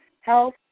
health